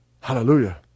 Hallelujah